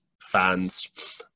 fans